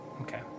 Okay